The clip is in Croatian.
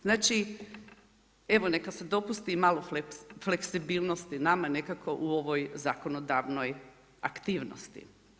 Znači, evo neka se dopusti i malo fleksibilnosti nama nekako u ovoj zakonodavnoj aktivnosti.